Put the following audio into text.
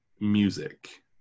music